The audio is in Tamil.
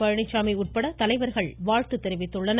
பழனிச்சாமி உட்பட தலைவர்கள் வாழ்த்து தெரிவித்துள்ளனர்